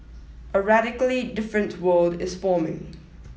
a radically different world is forming